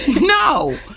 No